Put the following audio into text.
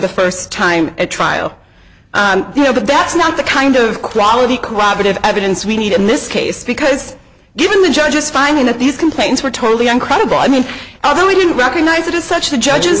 the first time at trial you know but that's not the kind of quality corroborative evidence we need in this case because given the judge's finding that these complaints were totally incredible i mean i really didn't recognize it as such the judges